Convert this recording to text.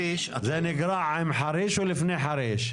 זה נגרע עם חריש או לפני חריש?